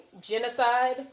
genocide